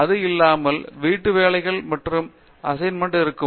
அது இல்லாமல் வீட்டு வேலைகள் மற்றும் அசைன்மென்ட் இருக்கும்